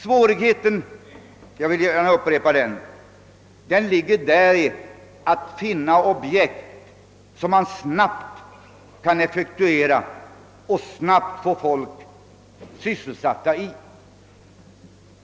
Svårigheten — jag vill gärna upprepa det — ligger i att finna objekt som man snabbt kan effektuera och snabbt kan få folk sysselsatta i.